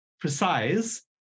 precise